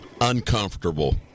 uncomfortable